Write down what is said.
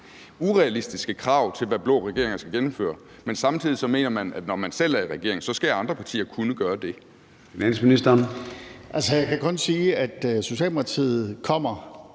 urealistiske krav til, hvad blå regeringer skal gennemføre. Men samtidig mener man, at når man selv er i regering, skal andre partier kunne gøre det. Kl. 13:16 Formanden (Søren Gade):